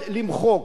אני אומר לך,